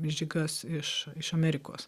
žigas iš iš amerikos